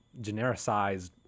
genericized